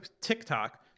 TikTok